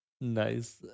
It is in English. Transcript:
Nice